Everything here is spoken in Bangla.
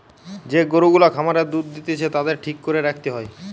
যে গরু গুলা খামারে দুধ দিতেছে তাদের ঠিক করে রাখতে হয়